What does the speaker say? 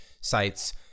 sites